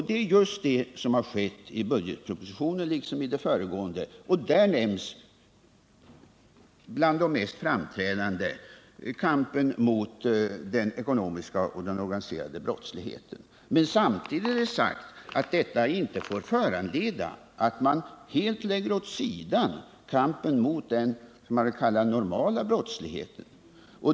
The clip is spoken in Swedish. Det är just det som har skett i budgetpropositionen — liksom i mitt inlägg här — och där nämns bland de mest framträdande uppgifterna kampen mot den ekonomiska och den organiserade brottsligheten. Men samtidigt är det sagt att det inte får föranleda att man helt lägger åt sidan kampen mot den ”normala” brottsligheten.